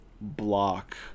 block